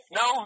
no